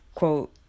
quote